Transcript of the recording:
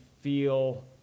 feel